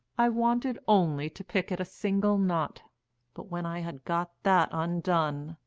i wanted only to pick at a single knot but when i had got that undone,